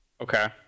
Okay